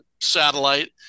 satellite